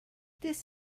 this